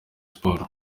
sports